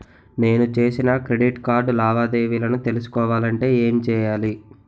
నేను చేసిన credit card లావాదేవీలను తెలుసుకోవాలంటే ఏం చేయాలి?